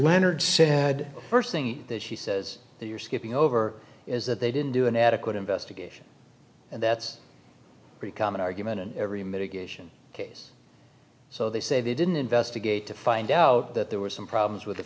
leonard said first thing that he says that you're skipping over is that they didn't do an adequate investigation and that's a pretty common argument in every mitigation case so they say they didn't investigate to find out that there were some problems with